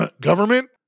government